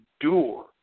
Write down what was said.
endure